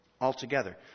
altogether